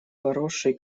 поросшей